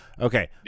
Okay